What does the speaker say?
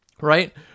Right